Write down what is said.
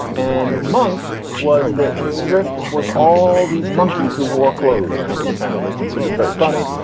and monk was that the strip was all these monkeys who wore clothes. and that was apparently considered very funny.